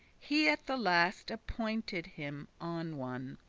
he at the last appointed him on one,